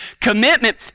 commitment